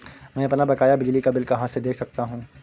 मैं अपना बकाया बिजली का बिल कहाँ से देख सकता हूँ?